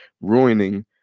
ruining